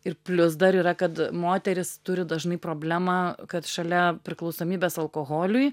ir plius dar yra kad moterys turi dažnai problemą kad šalia priklausomybės alkoholiui